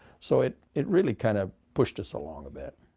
so it it really kind of pushed us along a bit.